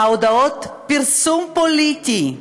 הודעות פרסום פוליטי,